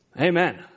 Amen